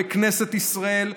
בכנסת ישראל,